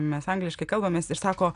mes angliškai kalbamės ir sako